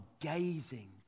gazing